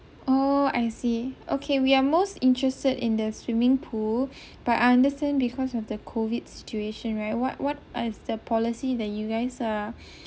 oh I see okay we are most interested in the swimming pool but I understand because of the COVID situation right what what is the policy that you guys are